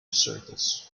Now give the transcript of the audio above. circles